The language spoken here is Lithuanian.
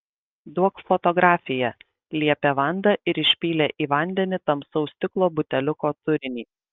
duok fotografiją liepė vanda ir išpylė į vandenį tamsaus stiklo buteliuko turinį